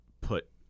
put